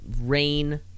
rain